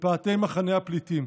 בפאתי מחנה הפליטים.